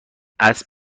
اسب